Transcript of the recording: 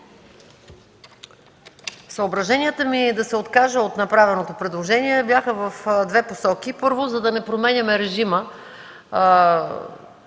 Съображенията ми да се откажа от направеното предложение бяха в две посоки. Първо, за да не променяме режима